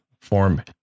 form